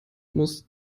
musst